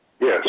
Yes